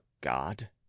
God